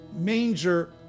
manger